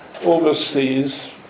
overseas